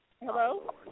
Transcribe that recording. Hello